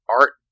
Art